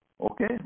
Okay